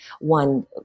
One